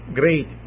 great